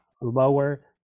lower